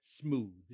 smooth